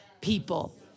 people